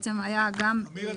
בעצם היה גם --- אמיר,